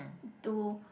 to